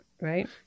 right